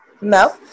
No